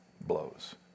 blows